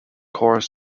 core